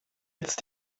jetzt